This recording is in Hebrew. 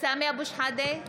סמי אבו שחאדה,